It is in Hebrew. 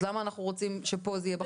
אז למה אנחנו רוצים שפה זה יהיה בחוק?